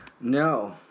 No